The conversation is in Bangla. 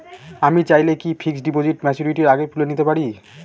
আমি চাইলে কি ফিক্সড ডিপোজিট ম্যাচুরিটির আগেই তুলে নিতে পারি?